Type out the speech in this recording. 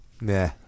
Nah